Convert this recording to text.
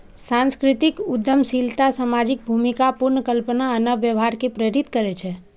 सांस्कृतिक उद्यमशीलता सामाजिक भूमिका पुनर्कल्पना आ नव व्यवहार कें प्रेरित करै छै